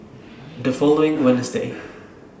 The following Wednesday